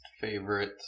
favorite